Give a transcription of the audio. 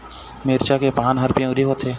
मिरचा के पान हर पिवरी होवथे?